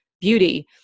beauty